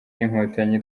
n’inkotanyi